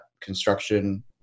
construction